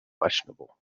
questionable